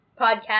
podcast